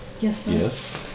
Yes